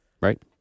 Right